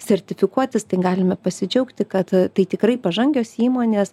sertifikuotis tai galime pasidžiaugti kad tai tikrai pažangios įmonės